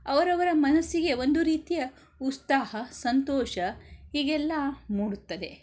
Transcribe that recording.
ಅವರವರ ಮನಸ್ಸಿಗೆ ಒಂದು ರೀತಿಯ ಉತ್ಸಾಹ ಸಂತೋಷ ಹೀಗೆಲ್ಲ ಮೂಡುತ್ತದೆ